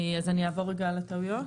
אני אעבור רגע על הטעויות?